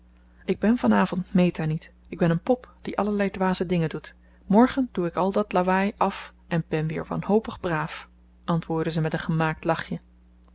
ik ben van avond meta niet ik ben een pop die allerlei dwaze dingen doet morgen doe ik al dat lawaai af en ben weer wanhopig braaf antwoordde ze met een gemaakt lachje